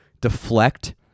deflect